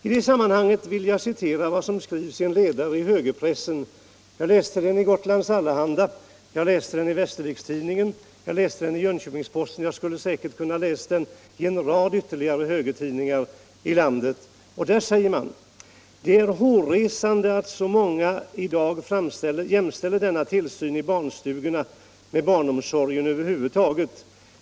I det sammanhanget vill jag citera vad som skrivits i en ledare i högerpressen. Jag läste den i Gotlands Allehanda och i Västerviks-Tidningen, och jag skulle säkert ha kunnat finna den i många andra högertidningar, om jag fortsatt att söka. Jag har också läst den i Jönköpings Posten. I denna ledare säger man att det är ”hårresande att så många i dag jämställer denna tillsyn” — i barnstugorna — med barnomsorg över huvud taget”.